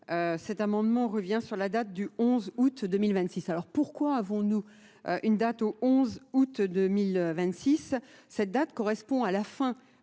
cet amendement revient sur la date du 11 août 2026. Alors, pourquoi avons-nous une date au 11 août 2026 ? Cette date correspond à la fin de la